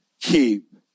keep